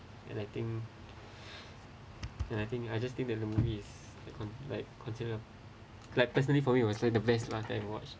and I think and I think I just think that the movies is like consider like personally for me it was like the best lah time watch